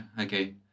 okay